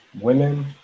women